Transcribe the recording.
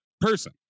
person